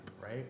right